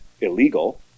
illegal